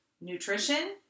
nutrition